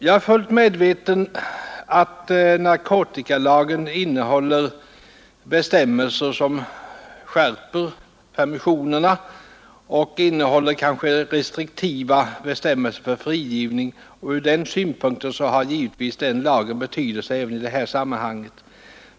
Jag är fullt medveten om att narkotikalagen innehåller skärpta permissionsbestämmelser och kanske även restriktiva bestämmelser för frigivning och att den lagen från denna synpunkt givetvis har betydelse även i detta sammanhang.